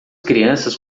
crianças